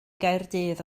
gaerdydd